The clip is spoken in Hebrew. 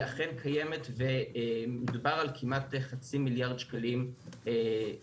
אכן קיימת ומדובר על כמעט חצי מיליארד שקלים בשנה.